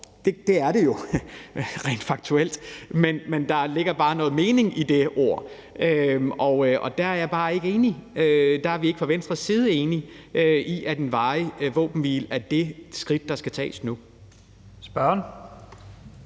Det er det jo rent faktuelt, men der ligger bare noget mening i det ord. Der er jeg bare ikke enig. Der er vi ikke fra Venstres side enige i, at en varig våbenhvile er det skridt, der skal tages nu. Kl.